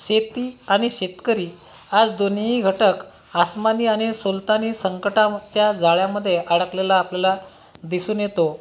शेती आणि शेतकरी आज दोन्हीही घटक आस्मानी आणि सुलतानी संकटाच्या जाळ्यामध्ये अडकलेला आपल्याला दिसून येतो